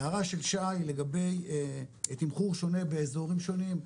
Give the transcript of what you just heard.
ההערה של שי לגבי תמחור שונה באיזורים שונים,